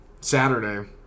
Saturday